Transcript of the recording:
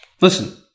Listen